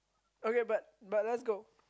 okay but but let's go